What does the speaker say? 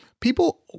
People